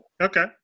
Okay